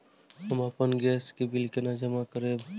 हम आपन गैस के बिल केना जमा करबे?